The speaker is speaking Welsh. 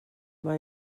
mae